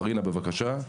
מרינה, בבקשה.